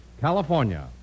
California